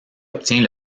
obtient